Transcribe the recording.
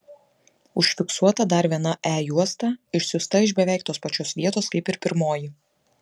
užfiksuota dar viena e juosta išsiųsta iš beveik tos pačios vietos kaip ir pirmoji